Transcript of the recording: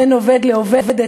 בין עובד לעובדת,